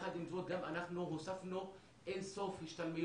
יחד עם זאת אנחנו גם הוספנו אינסוף השתלמויות,